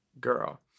Girl